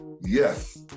yes